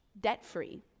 debt-free